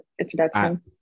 introduction